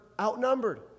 outnumbered